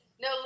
No